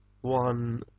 one